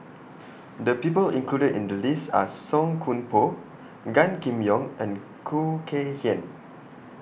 The People included in The list Are Song Koon Poh Gan Kim Yong and Khoo Kay Hian